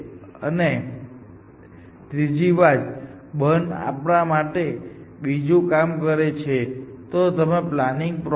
તો હેતુ શું છે ક્યુ ફંકશન છે કે સર્ચ અલ્ગોરિધમમાં કલોઝ લિસ્ટ માં લૂપિંગ ટાળે છે